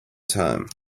time